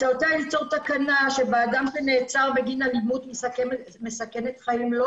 הצעתי היא ליצור תקנה שבה אדם שנעצר בגין אלימות מסכנת חיים לא